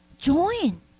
Join